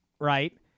Right